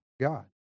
God